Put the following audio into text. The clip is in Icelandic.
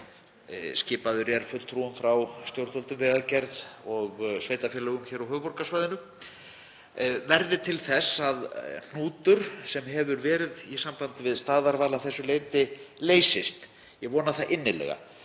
skipaður er fulltrúum frá stjórnvöldum, Vegagerðinni og sveitarfélögum hér á höfuðborgarsvæðinu, verði til þess að hnútur sem verið hefur í sambandi við staðarval að þessu leyti leysist. Ég vona það innilega